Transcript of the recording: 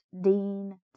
Dean